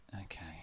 okay